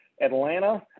Atlanta